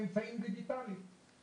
באמצעים דיגיטליים.